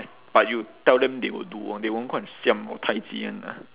but you tell them they will do [one] they won't go and siam or tai ji [one] lah